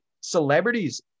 celebrities